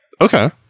Okay